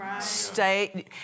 stay